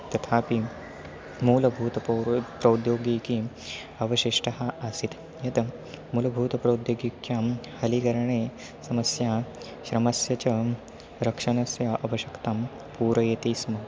तथापि मूलभूतपौरोद् प्रौद्योगीकीम् अवशिष्टः आसीत् यत् मूलभूतप्रौद्योगिख्यां हलिगरणे समस्या श्रमस्य च रक्षणस्य आवश्यक्तां पूरयति स्म